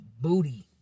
booty